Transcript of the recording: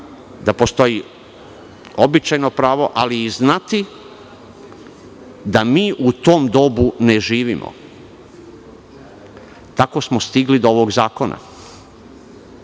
da postoji običajno pravo, ali i znati da mi u tom dobu ne živimo. Tako smo stigli do ovog zakona. Mi,